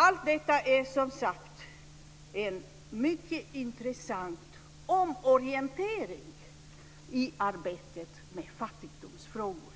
Allt detta är som sagt en mycket intressant omorientering i arbetet med fattigdomsfrågor.